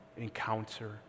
encounter